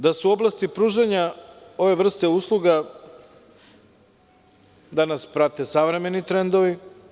Da su oblasti pružanja ove vrste usluga danas prate savremeni trendovi.